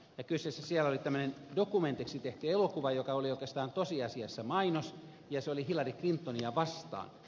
kyseessä siellä oli tämmöinen dokumentiksi tehty elokuva joka oli oikeastaan tosiasiassa mainos ja se oli hillary clintonia vastaan